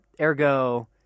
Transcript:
ergo